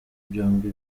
byombi